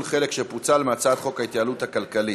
חלק שפוצל מהצעת חוק ההתייעלות הכלכלית?